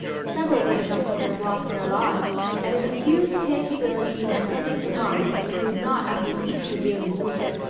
several british officers lost their lives, and it was due to haig's agility and presence of mind that he was not at the least severely wounded.